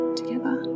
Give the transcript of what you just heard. together